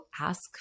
ask